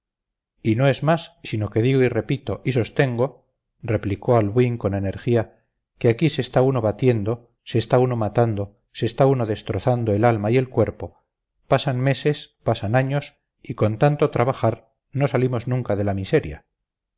y no es más sino que digo y repito y sostengo replicó albuín con energía que aquí se está uno batiendo se está uno matando se está uno destrozando el alma y el cuerpo pasan meses pasan años y con tanto trabajar no salimos nunca de la miseria